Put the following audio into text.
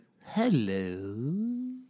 Hello